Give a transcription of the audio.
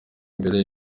mbere